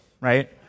Right